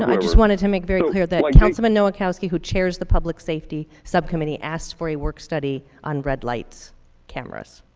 i just wanted to make very clear that councilman nowakowski who chairs the public safety subcommittee asked for a work study on red lights cameras.